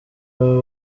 baba